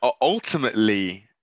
ultimately